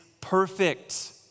perfect